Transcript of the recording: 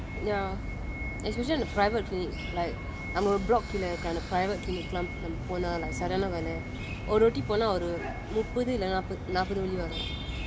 ya especially private clinic like நம்மலோட:nammaloda bloc கீழ இருக்க அந்த:keela iruka antha private clinic லாம் அங்க போன:laam anga pona like sudden ah வேல ஒரு வாட்டி போனா ஒரு முப்பது இல்லனா நாப்பது நாப்பது வெளிளி வரு:vela oru vati pona oru muppathu illana naapathu velli varu